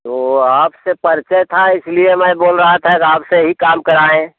वो आप से परिचय था इसलिए मैं बोल रहा था आपसे ही काम कराएँ